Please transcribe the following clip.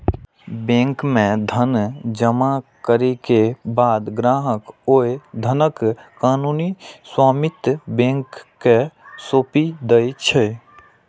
bank मे धन जमा करै के बाद ग्राहक ओइ धनक कानूनी स्वामित्व बैंक कें सौंपि दै छै